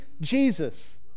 Jesus